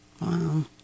Wow